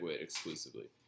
exclusively